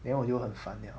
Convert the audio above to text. then 我就很烦了